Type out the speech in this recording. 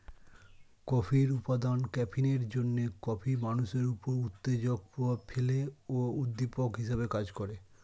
কফির উপাদান ক্যাফিনের জন্যে কফি মানুষের উপর উত্তেজক প্রভাব ফেলে ও উদ্দীপক হিসেবে কাজ করে